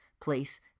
place